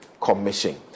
commission